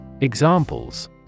Examples